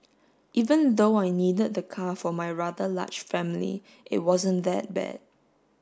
even though I needed the car for my rather large family it wasn't that bad